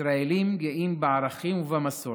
ישראלים גאים בערכים ובמסורת,